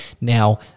now